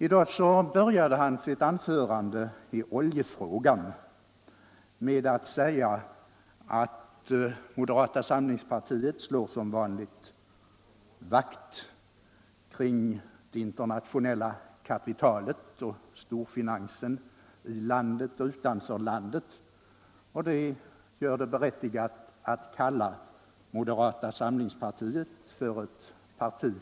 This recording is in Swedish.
I dag inledde han sitt anförande i oljefrågan med att säga att moderata samlingspartiet som vanligt slår vakt kring det internationella kapitalet och storfinansen i och utanför landet. Det är därför berättigat, menade han, att kalla moderata samlingspartiet för ett parti